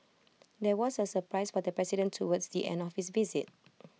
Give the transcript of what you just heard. there was A surprise for the president towards the end of his visit